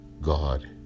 God